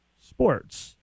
Sports